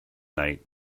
night